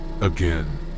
again